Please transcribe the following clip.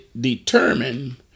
determine